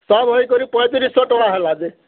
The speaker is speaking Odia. ସବ୍ ହେଇକରି ପଇଁତିରିଶ୍ଶହ ଟଙ୍କା ହେଲା ଦେ